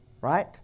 Right